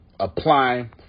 Apply